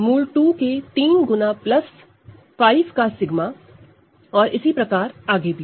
इसी प्रकार 𝜎 3 √2 5 और इसी प्रकार आगे भी